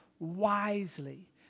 wisely